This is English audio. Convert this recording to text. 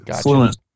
fluent